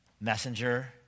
messenger